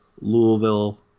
Louisville